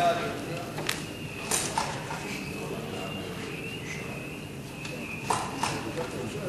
חוק המוסד העליון ללשון העברית (תיקון מס' 4),